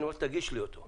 אני אומר תגיש לי אותו.